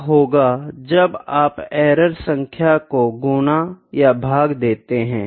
क्या होगा जब आप एरर सांख्य को गुना या भाग देते है